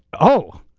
oh!